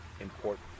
Important